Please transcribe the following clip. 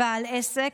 בעל עסק,